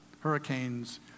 hurricanes